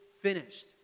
finished